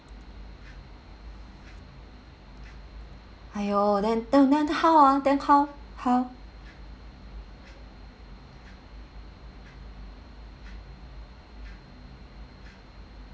!aiyo! then then then how ah then how how